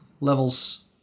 levels